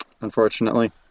unfortunately